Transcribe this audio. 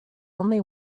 only